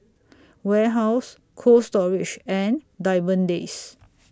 Warehouse Cold Storage and Diamond Days